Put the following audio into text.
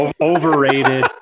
Overrated